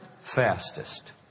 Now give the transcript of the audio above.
fastest